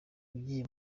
ugiye